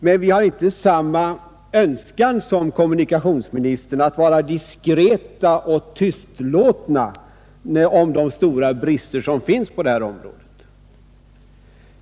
Men vi har inte samma önskan som kommunikationsministern att vara diskreta och tystlåtna om de stora brister som finns på detta område.